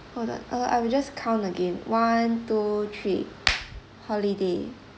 I will just count again one two three holiday